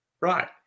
right